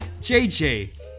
JJ